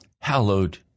Hallowed